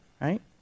Right